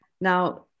Now